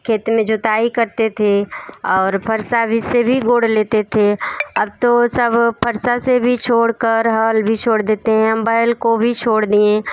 खेत में जुताई करते थे और फरसा भी से भी गोर लेते थे तो सब परसा से भी छोड़ कर हल भी छोड़ देते है हम बैल को भी छोड़ दिए